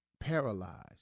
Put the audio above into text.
paralyzed